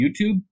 YouTube